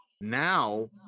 now